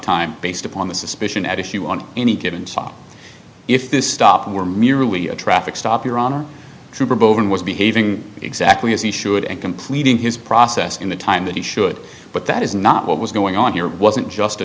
time based upon the suspicion at issue on any given sop if this stop were merely a traffic stop your honor trooper bogan was behaving exactly as he should and completing his process in the time that he should but that is not what was going on here it wasn't just